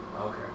Okay